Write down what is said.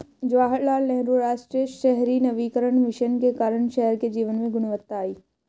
जवाहरलाल नेहरू राष्ट्रीय शहरी नवीकरण मिशन के कारण शहर के जीवन में गुणवत्ता आई